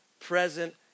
present